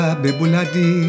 bebuladi